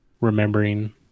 remembering